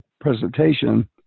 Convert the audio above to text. presentation